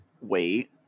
wait